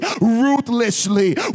ruthlessly